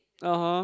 (uh huh)